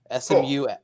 SMU